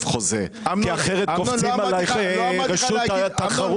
חוזה כי אחרת קופצים עליי רשות התחרות.